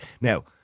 Now